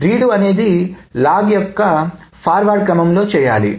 read అనేది log యొక్క forward క్రమంలో చేయాలి